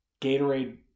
Gatorade